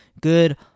good